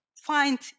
Find